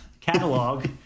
catalog